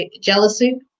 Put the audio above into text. jealousy